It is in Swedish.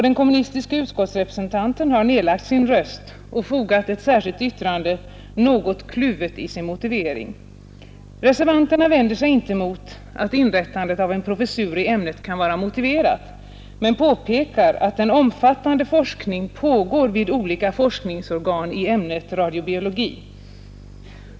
Den kommunistiske utskottsrepresentanten har nedlagt sin röst och till betänkandet fogat ett särskilt yttrande, något kluvet i sin motivering. Reservanterna vänder sig inte mot att inrättandet av en professur i ämnet kan vara motiverat men påpekar att omfattande forskning pågår i olika forskningsorgan i ämnet radiobiologi.